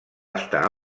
estar